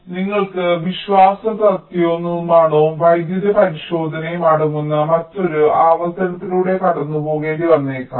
അതിനാൽ നിങ്ങൾക്ക് വിശ്വാസ്യതയും നിർമ്മാണവും വൈദ്യുത പരിശോധനയും അടങ്ങുന്ന മറ്റൊരു ആവർത്തനത്തിലൂടെ കടന്നുപോകേണ്ടി വന്നേക്കാം